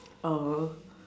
oh